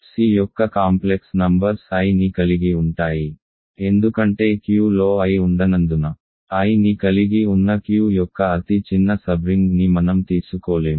C యొక్క complex numbers iని కలిగి ఉంటాయి ఎందుకంటే Qలో i ఉండనందున i ని కలిగి ఉన్న Q యొక్క అతి చిన్న సబ్రింగ్ ని మనం తీసుకోలేము